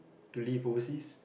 to live overseas